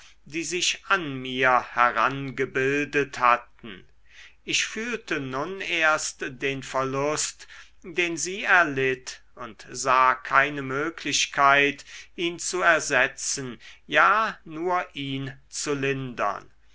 die sich an mir herangebildet hatten ich fühlte nun erst den verlust den sie erlitt und sah keine möglichkeit ihn zu ersetzen ja nur ihn zu lindern